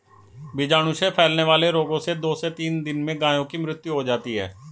बीजाणु से फैलने वाले रोगों से दो से तीन दिन में गायों की मृत्यु हो जाती है